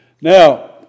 Now